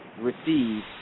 receive